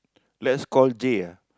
let's call J ah